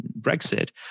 brexit